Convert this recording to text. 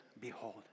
behold